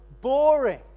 boring